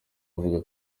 avuga